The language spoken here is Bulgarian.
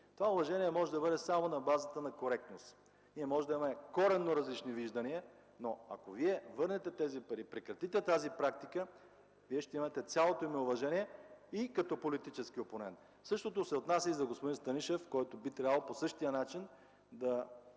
Това уважение може да бъде само на базата на коректност. Ние можем да имаме коренно различни виждания, но ако Вие върнете тези пари и прекратите тази практика, Вие ще имате цялото ми уважение и като политически опонент. Същото се отнася и за господин Станишев, който би трябвало по същия начин да